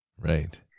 Right